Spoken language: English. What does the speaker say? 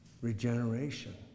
regeneration